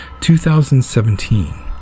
2017